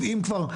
טריוויאלי?